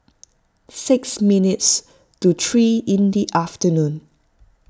six minutes to three in the afternoon